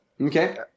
Okay